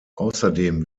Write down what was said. außerdem